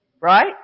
right